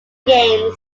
games